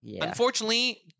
Unfortunately